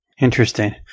Interesting